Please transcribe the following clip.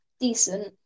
decent